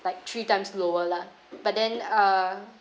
like three times lower lah but then uh